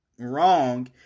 wrong